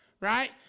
Right